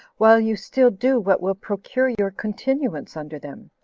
while you still do what will procure your continuance under them.